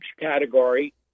category